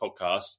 podcast